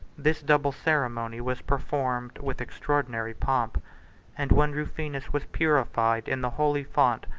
this double ceremony was performed with extraordinary pomp and when rufinus was purified, in the holy font,